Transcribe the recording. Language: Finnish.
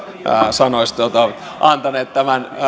sanoista joita olette antaneet tämän